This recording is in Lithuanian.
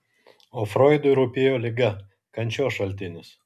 o froidui rūpėjo liga kančios šaltinis